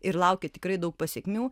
ir laukė tikrai daug pasekmių